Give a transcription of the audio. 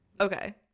Okay